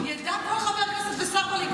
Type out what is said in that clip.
ידע כל חבר כנסת ושר בליכוד,